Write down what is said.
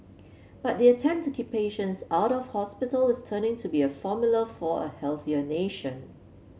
but the attempt to keep patients out of hospital is turning to be a formula for a healthier nation